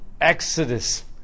Exodus